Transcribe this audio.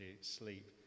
sleep